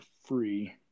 free